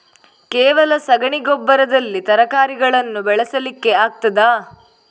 ಕೇವಲ ಸಗಣಿ ಗೊಬ್ಬರದಲ್ಲಿ ತರಕಾರಿಗಳನ್ನು ಬೆಳೆಸಲಿಕ್ಕೆ ಆಗ್ತದಾ?